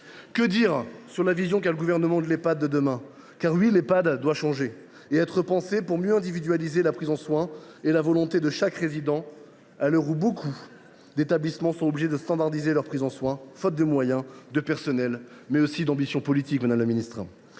Que dire sur la vision du Gouvernement de l’Ehpad de demain ? En effet, l’Ehpad doit changer et être repensé pour mieux individualiser l’accompagnement et la volonté de chaque résident, à l’heure où beaucoup d’établissements sont obligés de standardiser les parcours de soins, faute de moyens, de personnel, mais aussi d’ambition politique, madame la ministre.